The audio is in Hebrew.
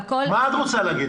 והכול --- מה את רוצה להגיד?